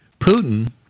Putin